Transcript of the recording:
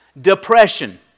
Depression